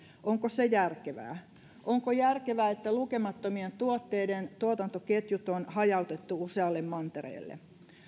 onko se järkevää onko järkevää että lukemattomien tuotteiden tuotantoketjut on hajautettu usealle mantereelle